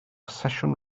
sesiwn